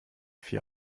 vier